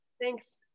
Thanks